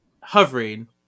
hovering